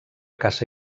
caça